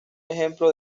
ejemplo